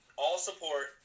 all-support